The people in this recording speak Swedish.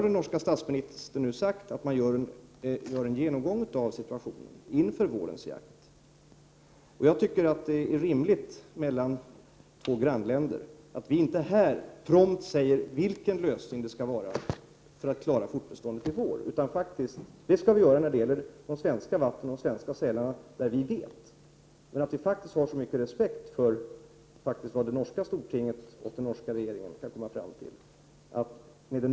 Den norske statsministern har nu sagt att man gör en genomgång av situationen inför vårens jakt. Jag tycker att det är rimligt oss grannländer emellan att vi inte här prompt säger vilken lösning det skall vara för att klara fortbeståndet i år. Det kan vi faktiskt göra när det gäller de svenska vattnen och de svenska sälarna. Men vi skall visa respekt för vad Stortinget och den norska regeringen kommer fram till.